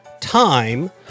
time